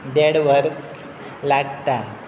देड वर लागता